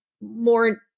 more